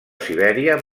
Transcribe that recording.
sibèria